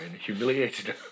Humiliated